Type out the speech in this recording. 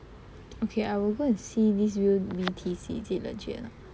okay I will go and see this whale B_T_C is it legit or not